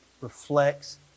reflects